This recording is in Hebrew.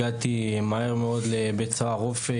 הגעתי מהר מאוד לבית סוהר אופק,